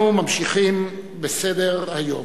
(מחיאות כפיים) אנחנו ממשיכים בסדר-היום.